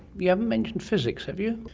you haven't mentioned physics, have you?